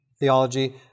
theology